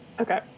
Okay